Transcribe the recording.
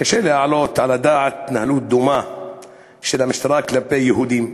קשה להעלות על הדעת התנהלות דומה של המשטרה כלפי יהודים,